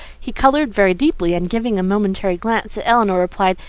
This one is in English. he coloured very deeply, and giving a momentary glance at elinor, replied,